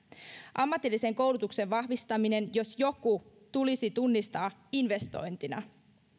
ammatillisen koulutuksen vahvistaminen jos joku tulisi tunnistaa investointina